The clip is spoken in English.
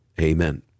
Amen